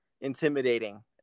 intimidating